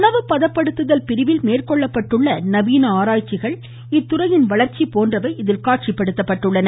உணவு பதப்படுத்துதல் பிரிவில் மேற்கொள்ளப்பட்ட நவீன ஆராய்ச்சிகள் இத்துறையின் வளர்ச்சி போன்றவை இதில் காட்சிப்படுத்தப் பட்டுள்ளன